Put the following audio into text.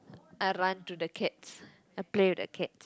I run to the cats I play with the cats